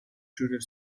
treated